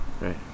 Right